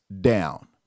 down